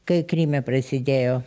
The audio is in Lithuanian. kai kryme prasidėjo